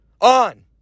on